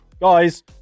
guys